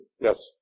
Yes